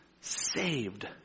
saved